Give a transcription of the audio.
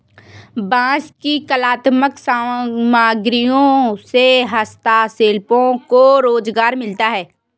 बाँस की कलात्मक सामग्रियों से हस्तशिल्पियों को रोजगार मिलता है